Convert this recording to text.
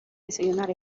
desayunar